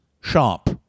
shop